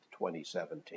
2017